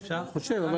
אני חושב.